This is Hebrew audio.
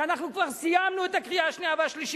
כשאנחנו כבר סיימנו את הקריאה השנייה והשלישית.